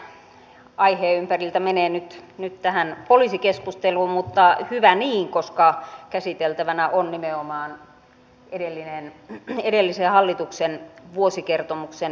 tämä aiheen ympäriltä menee nyt tähän poliisikeskusteluun mutta hyvä niin koska käsiteltävänä on nimenomaan edellisen hallituksen vuosikertomuksen tarkastus